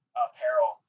apparel